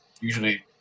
Usually